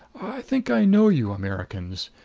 think i know you americans.